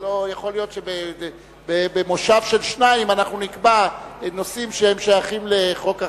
לא יכול להיות שבמושב של שניים אנחנו נקבע נושאים ששייכים לחוק החסינות.